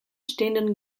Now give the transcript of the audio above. stehenden